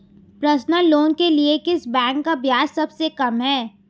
Personal loan के लिए किस बैंक का ब्याज सबसे कम है?